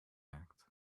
act